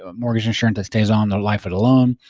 ah mortgage insurance that stays on the life of the loan.